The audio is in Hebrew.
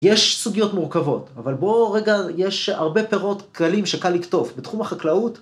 יש סוגיות מורכבות, אבל בואו רגע, יש הרבה פירות קלים שקל לקטוף בתחום החקלאות.